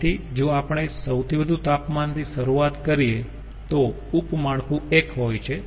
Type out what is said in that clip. તેથી જો આપણે સૌથી વધુ તાપમાન થી શરૂઆત કરીએ તો ઉપ માળખું 1 હોય છે